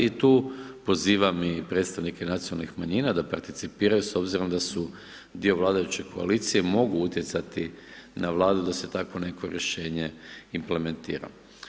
I tu pozivam i predstavnike nacionalnih manjina da percipiraju s obzirom da su dio vladajuće koalicije, mogu utjecati na vladu da se takvo neko rješenje implementira.